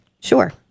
Sure